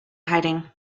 hiding